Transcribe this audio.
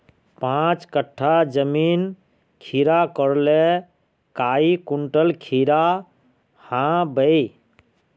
पाँच कट्ठा जमीन खीरा करले काई कुंटल खीरा हाँ बई?